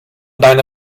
deine